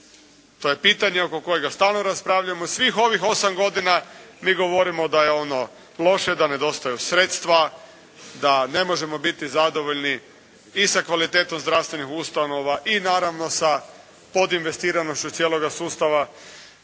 To je pitanje oko kojega stalno raspravljamo, u svih ovih 8 godina mi govorimo da je ono loše, da nedostaju sredstva, da ne možemo biti zadovoljni sa kvalitetom zdravstvenih ustanova i podinvestiranošću cijeloga sustava,